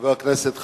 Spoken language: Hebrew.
חבר הכנסת חסון,